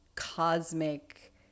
cosmic